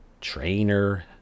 trainer